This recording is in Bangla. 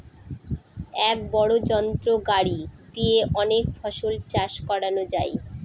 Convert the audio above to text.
এক বড় যন্ত্র গাড়ি দিয়ে অনেক ফসল চাষ করানো যায়